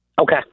Okay